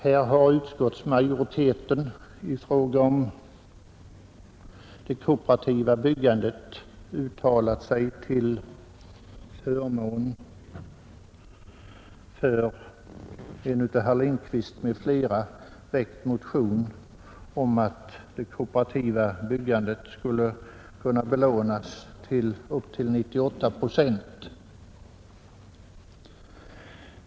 Här har utskottsmajoriteten i fråga om det kooperativa byggandet uttalat sig till förmån för en av herr Lindkvist m.fl. väckt motion om att det kooperativa byggandet skulle kunna belånas upp till 98 procent.